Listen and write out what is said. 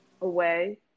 away